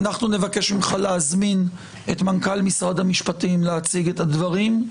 אנחנו נבקש ממך להזמין את מנכ"ל משרד המשפטים להציג את הדברים.